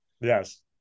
Yes